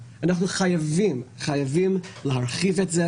ואנחנו צריכים לחשוב על הקושי הזה,